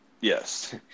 Yes